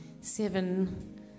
seven